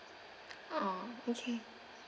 ah okay